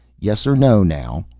yes or no, now.